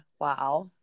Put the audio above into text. Wow